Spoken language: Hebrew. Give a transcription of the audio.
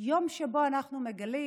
יום שבו אנחנו מגלים